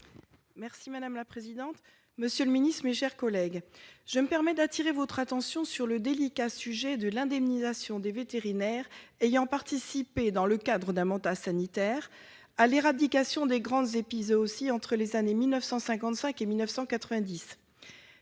de l'alimentation. Monsieur le ministre, je me permets d'attirer votre attention sur le délicat sujet de l'indemnisation des vétérinaires ayant participé, dans le cadre d'un mandat sanitaire, à l'éradication des grandes épizooties entre les années 1955 et 1990.